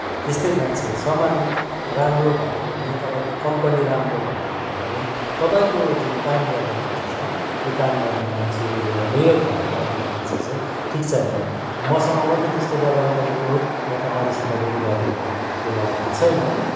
त्यस्तै मान्छे सामान राम्रो भए पनि तपाईँको कम्पनी राम्रो भयो भने पनि तपाईँको जुन काम गर्ने मान्छे छ त्यो काम गर्ने मान्छे यो मेरो घरमा आउने मान्छे चाहिँ ठिक छैन मसँग मात्रै त्यस्तो व्यवहार गरेको या त अरूसित पनि गरेको हो त्यो मलाई थाहा छैन